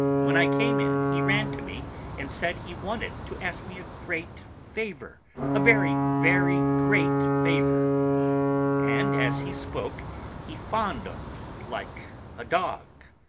when i came in he ran to me and said he wanted to ask me a great favour a very, very great favour and as he spoke he fawned on me like a dog.